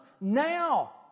now